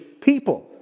people